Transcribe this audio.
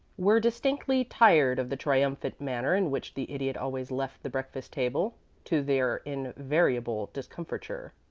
were distinctly tired of the triumphant manner in which the idiot always left the breakfast-table to their invariable discomfiture.